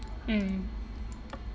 mm